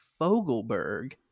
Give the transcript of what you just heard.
Fogelberg